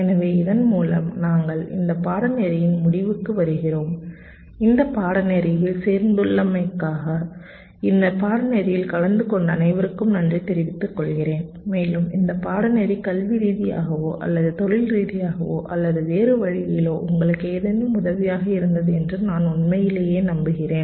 எனவே இதன் மூலம் நாங்கள் இந்த பாடநெறியின் முடிவுக்கு வருகிறோம் இந்த பாடநெறியில் சேர்ந்துள்ளமைக்காக இந்த பாடநெறியில் கலந்து கொண்ட அனைவருக்கும் நன்றி தெரிவித்துக் கொள்கிறேன் மேலும் இந்த பாடநெறி கல்வி ரீதியாகவோ அல்லது தொழில் ரீதியாகவோ அல்லது வேறுவழியிலோ உங்களுக்கு ஏதேனும் உதவியாக இருந்தது என்று நான் உண்மையிலேயே நம்புகிறேன்